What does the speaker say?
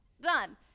done